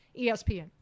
ESPN